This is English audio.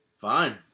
Fine